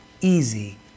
easy